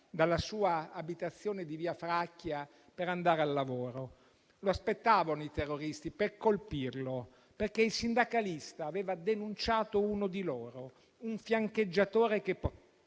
dalla sua abitazione di via Fracchia per andare al lavoro. Lo aspettavano i terroristi per colpirlo, perché il sindacalista aveva denunciato uno di loro, un fiancheggiatore che